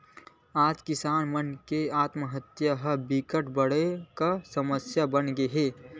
आज किसान मन के आत्महत्या ह बिकट बड़का समस्या बनगे हे